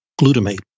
glutamate